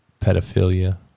pedophilia